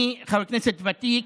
אני חבר כנסת ותיק.